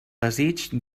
desig